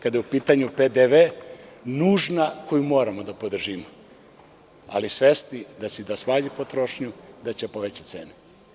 Kada je u pitanju PDV, nužno koje moramo da podržimo, ali svesni da će da smanji potrošnju, a da će da poveća cenu.